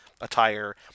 attire